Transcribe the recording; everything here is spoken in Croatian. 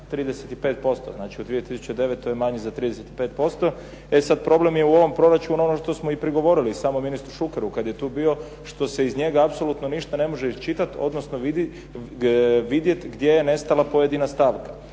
35%. Znači u 2009. je manji za 35%, e sad problem je u ovom proračunu ono što smo i prigovorili samo ministru Šukeru kad je tu bio, što se iz njega apsolutno ništa ne može iščitati, odnosno vidjeti gdje je nestala pojedina stavka.